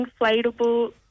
inflatable